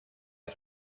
had